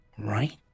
Right